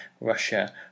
Russia